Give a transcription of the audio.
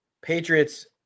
Patriots